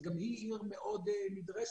שגם היא עיר מאוד נדרשת.